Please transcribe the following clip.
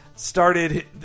Started